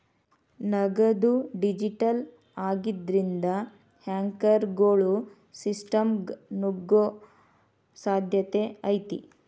ನಗದು ಡಿಜಿಟಲ್ ಆಗಿದ್ರಿಂದ, ಹ್ಯಾಕರ್ಗೊಳು ಸಿಸ್ಟಮ್ಗ ನುಗ್ಗೊ ಸಾಧ್ಯತೆ ಐತಿ